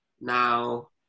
now